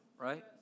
Right